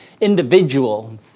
individual